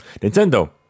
Nintendo